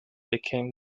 became